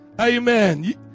Amen